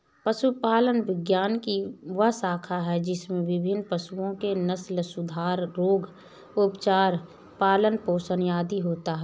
पशुपालन विज्ञान की वह शाखा है जिसमें विभिन्न पशुओं के नस्लसुधार, रोग, उपचार, पालन पोषण आदि होता है